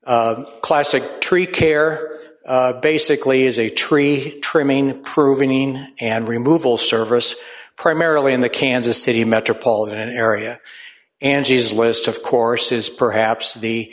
the classic tree care basically is a tree trimming proving and remove all service primarily in the kansas city metropolitan area angie's list of course is perhaps the